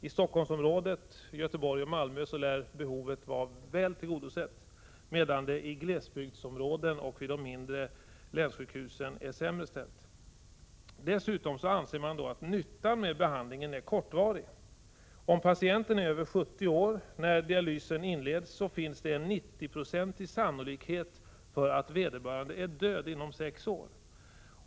I Stockholmsområdet, Göteborg och Malmö lär behovet vara väl tillgodosett, medan det i glesbygdsområdena och vid de mindre länssjukhusen är sämre ställt. Dessutom anser man att nyttan av behandlingen är kortvarig. Om patienten är över 70 år när dialysen inleds, finns en 90-procentig sannolikhet för att vederbörande är död inom sex år.